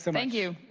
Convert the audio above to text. thank you.